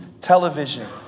television